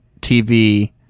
TV